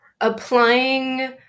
applying